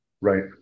Right